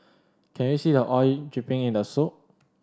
can you see the oil dripping in the soup